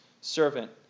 servant